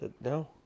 No